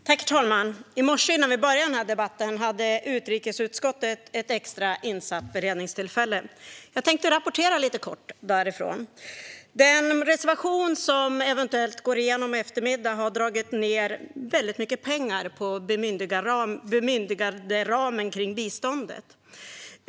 Herr talman! I morse, innan vi började denna debatt, hade utrikesutskottet ett extrainsatt beredningstillfälle. Jag tänkte rapportera lite kort därifrån. Den reservation som eventuellt går igenom i eftermiddag har dragit ned väldigt mycket pengar på bemyndiganderamen kring biståndet.